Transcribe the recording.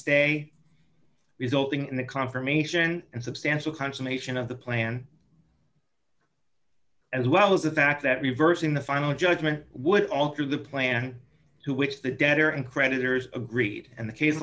stay resulting in the confirmation and substantial consummation of the plan as well as the fact that reversing the final judgment would alter the plan to which the debtor and creditors agreed and the case